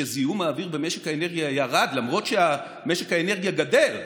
שזיהום האוויר במשק האנרגיה ירד למרות שמשק האנרגיה גדל.